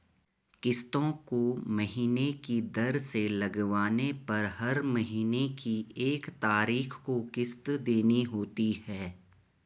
किस्तों को महीने की दर से लगवाने पर हर महीने की एक तारीख को किस्त देनी होती है